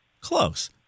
Close